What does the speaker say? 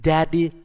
Daddy